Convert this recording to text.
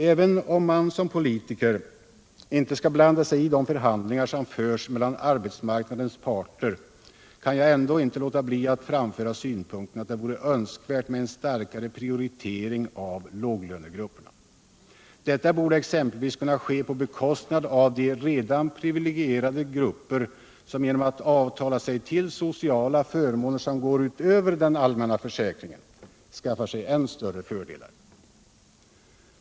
Även om man som politiker inte skall blanda sig i de förhandlingar som förs mellan arbetsmarknadens parter, kan jag ändå inte låta bli att framföra synpunkten att det vore önskvärt med en starkare prioritering av låglönegrupperna. Detta borde exempelvis kunna ske på bekostnad av de redan privilegierade grupper som genom att avtala sig till sociala förmåner som går utöver den allmänna försäkringen skaffar sig än större fördelar.